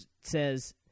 says